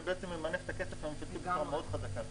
אני ממנף את הכסף הממשלתי בצורה מאוד חזקה פה,